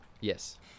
Yes